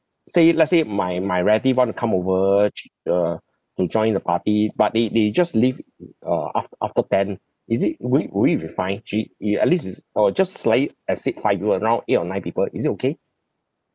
say if let's say my my relative want to come over actually uh to join the party but they they just leave uh aft~ after ten is it will you will it be fine actually i~ at least it's or just slightly exceed five people around eight or nine people is it okay